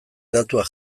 datuak